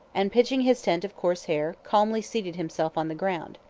and, pitching his tent of coarse hair, calmly seated himself on the ground.